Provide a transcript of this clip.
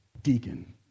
Deacon